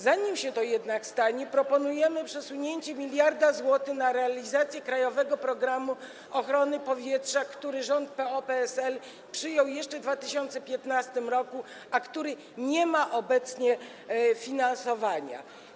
Zanim się to jednak stanie, proponujemy przesunięcie 1 mld zł na realizację krajowego programu ochrony powietrza, który rząd PO-PSL przyjął jeszcze w 2015 r., a który nie ma obecnie finansowania.